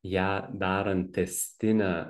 ją darant tęstinę